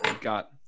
Got